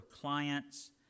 clients